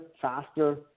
faster